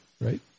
right